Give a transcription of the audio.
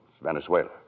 Venezuela